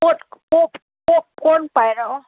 phone ꯄꯥꯏꯔꯛꯑꯣ